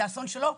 זה אסון שלו,